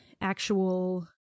actual